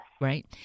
Right